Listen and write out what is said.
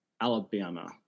Alabama